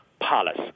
Palace